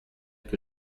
que